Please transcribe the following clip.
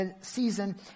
season